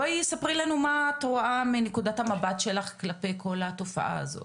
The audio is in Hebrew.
בואי ספרי לנו מה את רואה מנקודת המבט שלך כלפי כל התופעה הזאת.